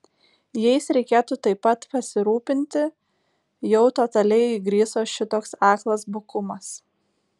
jais reikėtų taip pat pasirūpinti jau totaliai įgriso šitoks aklas bukumas